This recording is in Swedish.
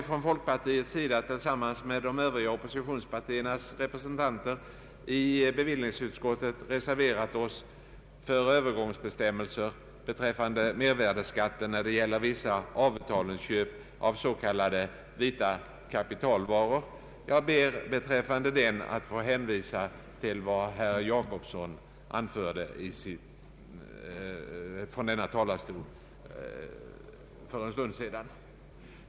Från folkpartiets sida har vi tillsammans med de övriga oppositionspartiernas representanter i bevillningsutskottet reserverat oss för övergångsbestämmelser = beträffande mervärdeskatten när det gäller vissa avbetalningsköp av s.k. vita kapitalvaror. Jag ber beträf fande den reservationen att få hänvisa till vad herr Gösta Jacobsson anförde för en stund sedan.